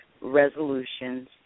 resolutions